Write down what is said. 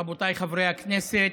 רבותיי חברי הכנסת,